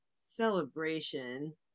celebration